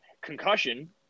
concussion